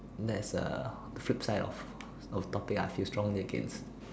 that's uh the flip side of of topic ah I feel strongly against